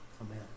Amen